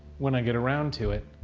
when i get around to it.